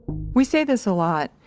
we say this a lot,